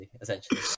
essentially